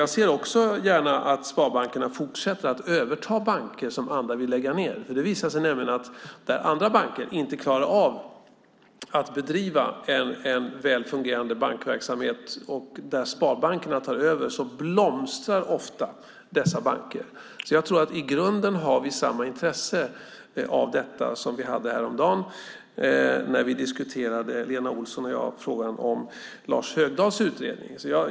Jag ser också gärna att sparbankerna fortsätter att överta banker som andra vill lägga ned. Det visar sig nämligen att där andra banker inte klarar av att bedriva en väl fungerande bankverksamhet och sparbankerna tar över blomstrar ofta dessa banker. I grunden tror jag att vi har samma intresse, som vi hade häromdagen när Lena Olsson och jag diskuterade frågan om Lars Högdahls utredning.